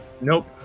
Nope